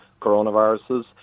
coronaviruses